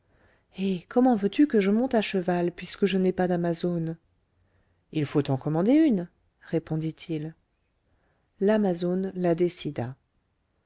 eh comment veux-tu que je monte à cheval puisque je n'ai pas d'amazone il faut t'en commander une répondit-il l'amazone la décida